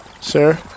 sir